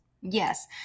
Yes